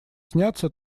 снятся